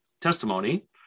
testimony